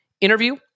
interview